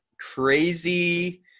crazy